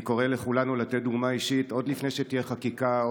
אני קורא לכולנו לתת דוגמה אישית עוד לפני שתהיה חקיקה,